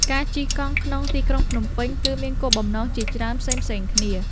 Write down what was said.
ការជិះកង់ក្នុងទីក្រុងភ្នំពេញ គឺមានគោលបំណងជាច្រើនផ្សេងៗគ្នា។